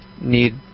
Need